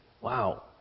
wow